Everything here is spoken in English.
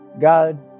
God